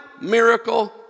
miracle